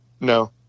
No